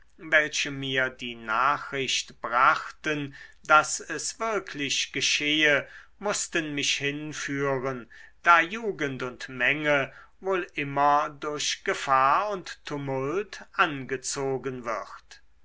welche mir die nachricht brachten daß es wirklich geschehe mußten mich hinführen da jugend und menge wohl immer durch gefahr und tumult angezogen wird